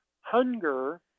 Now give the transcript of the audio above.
Hunger